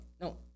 No